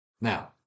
Now